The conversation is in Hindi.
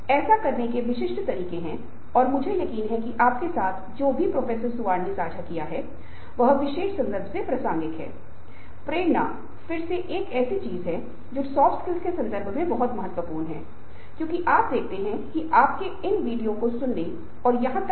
यदि सफलता की उम्मीद विफलता के डर से अधिक है तो यह व्यक्ति को आगे बढ़ने के लिए प्रेरित करेगा और इसी तरह अन्य सिद्धांत भी हैं और प्रक्रिया सिद्धांत यह कहता है कि न्याय में मैं अपने अनुभव के संदर्भ में संगठन को कुछ चीजें दे रहा हूं मेरे कौशल ज्ञान और रवैया और नौकरी के प्रदर्शन के संदर्भ में और पारिश्रमिक और अन्य चीजों के मामले में मुझे नौकरी से क्या मिल रहा है